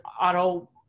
auto